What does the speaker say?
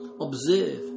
observe